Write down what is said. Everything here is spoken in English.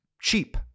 Cheap